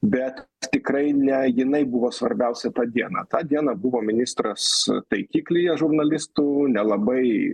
bet tikrai ne jinai buvo svarbiausia tą dieną tą dieną buvo ministras taikiklyje žurnalistų nelabai